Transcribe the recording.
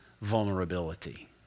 vulnerability